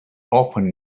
often